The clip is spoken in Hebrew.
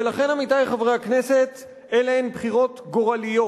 ולכן, עמיתי חברי הכנסת, אלה הן בחירות גורליות.